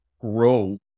grow